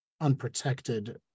unprotected